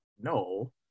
no